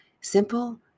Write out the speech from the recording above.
simple